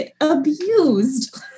Abused